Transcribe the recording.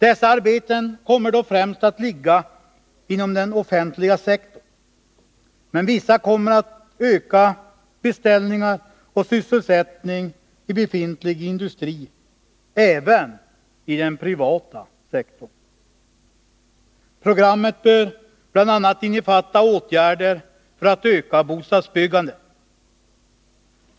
Dessa arbeten kommer då främst att ligga inom den offentliga sektorn, men vi kommer att öka beställningar och sysselsättning i befintlig industri även inom den ”privata” sektorn. Programmet bör bl.a. innefatta åtgärder för att öka bostadsbyggandet.